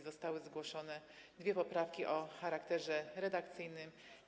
Zostały zgłoszone dwie poprawki o charakterze redakcyjnym.